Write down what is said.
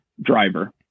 driver